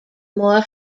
more